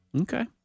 Okay